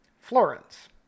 Florence